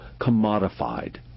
commodified